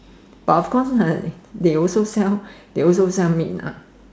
but of course they also sell they also sell meat lah